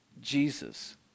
Jesus